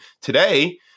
today